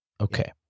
Okay